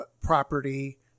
property